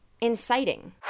inciting